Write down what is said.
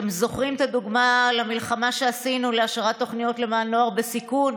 אתם זוכרים לדוגמה את המלחמה שעשינו להשארת תוכניות למען נוער בסיכון?